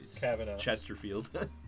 Chesterfield